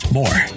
more